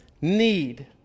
need